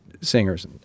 singers